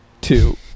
two